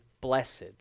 Blessed